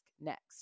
next